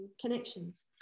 connections